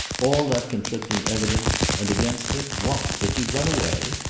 all that conflicting evidence, and against it, what? that you'd run away!